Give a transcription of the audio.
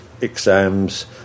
exams